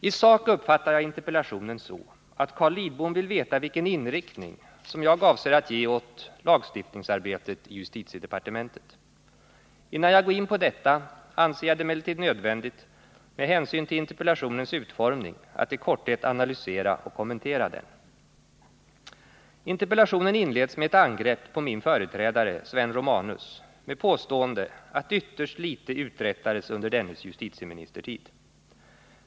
I sak uppfattar jag interpellationen så, att Carl Lidbom vill veta vilken inriktning som jag avser att ge åt lagstiftningsarbetet i justitiedepartementet. Innan jag går in på detta anser jag det emellertid nödvändigt med hänsyn till interpellationens utformning att i korthet analysera och kommentera den. Interpellationen inleds med ett angrepp på min företrädare, Sven Romanus, med påstående att ytterst litet uträttades under dennes justitieministertid.